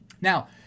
Now